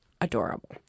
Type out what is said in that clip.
Adorable